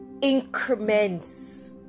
increments